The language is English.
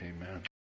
Amen